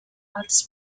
arts